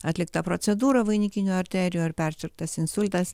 atlikta procedūra vainikinių arterijų ar persirgtas insultas